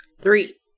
Three